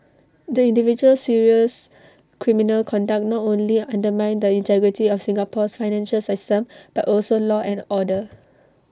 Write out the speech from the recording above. the individual's serious criminal conduct not only undermined the integrity of Singapore's financial system but also law and order